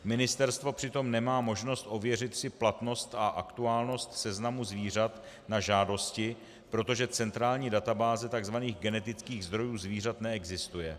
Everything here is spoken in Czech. Ministerstvo přitom nemá možnost ověřit si platnost a aktuálnost seznamu zvířat na žádosti, protože centrální databáze tzv. genetických zdrojů zvířat neexistuje.